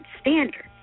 standard